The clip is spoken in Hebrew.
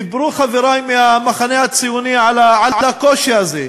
דיברו חברי מהמחנה הציוני על הקושי הזה,